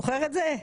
זוכר את זה?